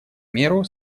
меру